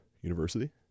University